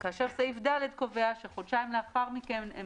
סעיף קטן (ד) קובע שחודשיים לאחר מכן הם